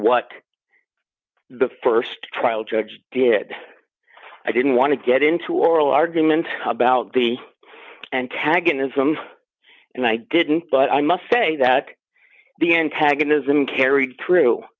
what the st trial judge did i didn't want to get into oral argument about the antagonism and i didn't but i must say that the antagonism car